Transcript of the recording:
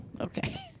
Okay